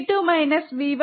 V2 V1 Vo